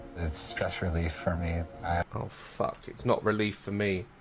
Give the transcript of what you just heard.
it's stress relief for me oh fuck. it's not relief for me.